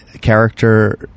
character